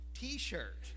t-shirt